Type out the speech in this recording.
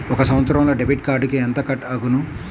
ఒక సంవత్సరంలో డెబిట్ కార్డుకు ఎంత కట్ అగును?